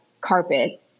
carpet